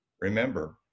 Remember